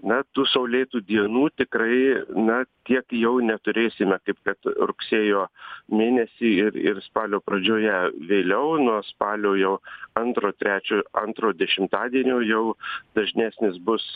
na tų saulėtų dienų tikrai na tiek jau neturėsime kaip kad rugsėjo mėnesį ir ir spalio pradžioje vėliau nuo spalio jau antro trečio antro dešimtadienio jau dažnesnis bus